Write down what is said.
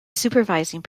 supervising